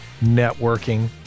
networking